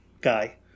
guy